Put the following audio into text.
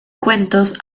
cuentos